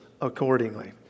accordingly